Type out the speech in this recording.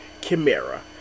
Chimera